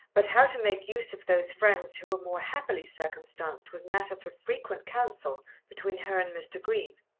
but how to make use of those friends who were more happily circumstanced was matter for frequent counsel between her and mr. green.